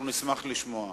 אנחנו נשמח לשמוע.